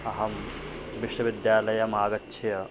अहं विश्वविद्यालयम् आगत्य